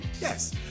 Yes